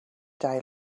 day